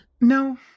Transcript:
No